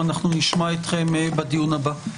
נשמע אתכם בדיון הבא.